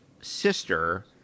sister